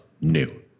new